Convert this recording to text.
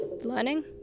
learning